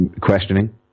questioning